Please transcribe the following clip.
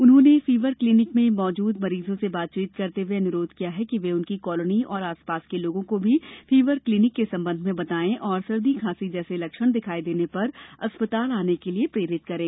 उन्होंने fever clinic में मौजूद मरीजों से बातचीत करते हुए अनुरोध किया कि वे उनकी कॉलोनी और आसपास के लोगों को भी फीवर क्लीनिक के संबंध में बताएं और सर्दी खासी जैसे लक्षण दिखाई देने पर अस्पताल आने के लिए प्रेरित करें